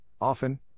often